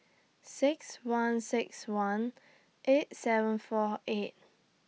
six one six one eight seven four eight